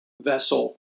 vessel